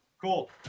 Cool